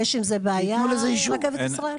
יש עם זה בעיה רכבת ישראל?